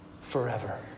forever